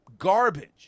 Garbage